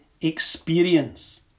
experience